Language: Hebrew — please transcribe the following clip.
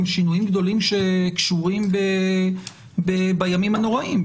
שינויים גדולים שקשורים בימים הנוראים,